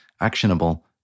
actionable